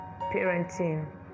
parenting